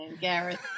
Gareth